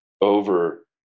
over